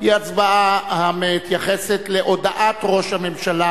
היא הצבעה המתייחסת להודעת ראש הממשלה,